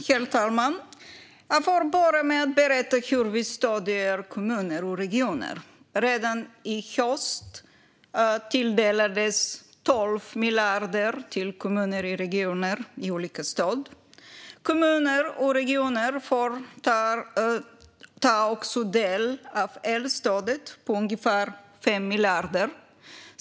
Herr talman! Jag får börja med att berätta hur vi stöder kommuner och regioner. Redan i höst tilldelas kommuner och regioner 12 miljarder i olika stöd. Kommuner och regioner får också ta del av elstödet på ungefär 5 miljarder.